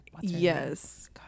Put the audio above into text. yes